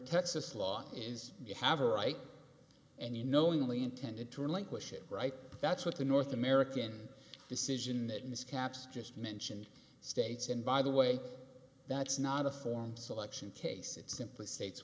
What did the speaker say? texas law ins you have a right and you knowingly intended to relinquish it right that's what the north american decision that ms capps just mentioned states and by the way that's not a form selection case it's simply states